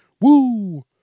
Woo